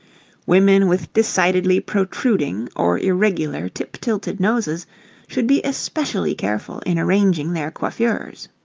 women with decidedly protruding, or irregular, tip-tilted noses should be especially careful in arranging their coiffures.